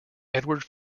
edward